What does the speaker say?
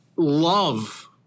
love